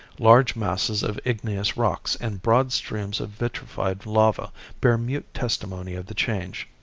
large masses of igneous rocks and broad streams of vitrified lava bear mute testimony of the change,